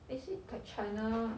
basic like china